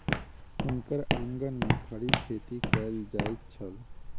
हुनकर आंगन में खड़ी खेती कएल जाइत छल